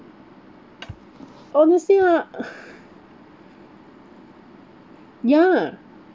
honestly lah ya